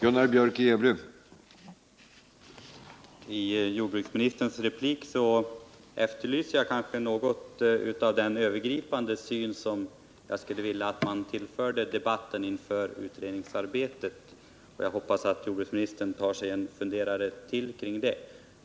Herr talman! Efter jordbruksministerns replik efterlyser jag något av den övergripande syn som jag skulle önska att man tillförde debatten inför utredningsarbetet. Jag hoppas att jordbruksministern tar sig en funderare till kring det spörsmålet.